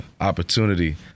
opportunity